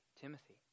Timothy